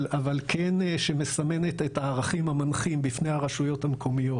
אבל כן שמסמנת את הערכים המנחים בפני הרשויות המקומיות